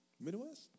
Midwest